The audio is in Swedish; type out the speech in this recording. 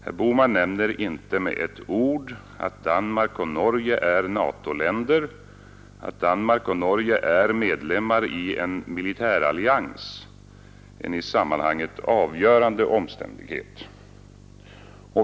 Herr Bohman nämner inte med ett ord att Danmark och Norge är NATO-länder, att Danmark och Norge är medlemmar i en militärallians — en i sammanhanget avgörande omständighet.